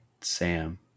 Sam